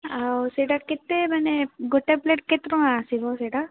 ଆଉ ସେଟା କେତେ ମାନେ ଗୋଟାଏ ପ୍ଲେଟ କେତେ ଟଙ୍କା ଆସିବ ସେଟା